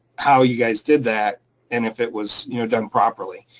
how you guys did that and if it was you know done properly.